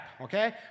okay